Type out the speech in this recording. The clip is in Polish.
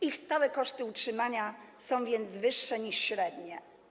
Ich stałe koszty utrzymania są więc wyższe niż średnie.